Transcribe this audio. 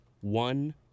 one